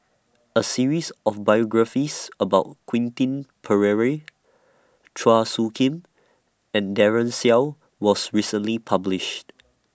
A series of biographies about Quentin Pereira Chua Soo Khim and Daren Shiau was recently published